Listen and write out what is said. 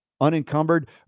unencumbered